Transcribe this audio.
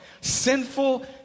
Sinful